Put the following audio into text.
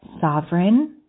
sovereign